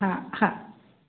हा हा